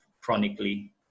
chronically